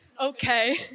okay